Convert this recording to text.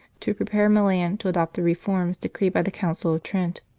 to pre pare milan to adopt the reforms decreed by the council of trent.